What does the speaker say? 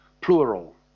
plural